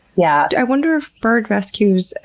yeah i wonder if bird rescues,